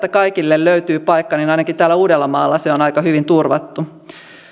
kaikille löytyy paikka niin ainakin täällä uudellamaalla se on aika hyvin turvattu